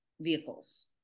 vehicles